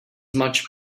much